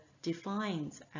defines